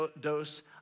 dose